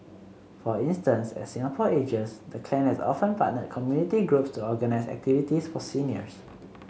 for instance as Singapore ages the clan has often partnered community groups to organise activities for seniors